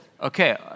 Okay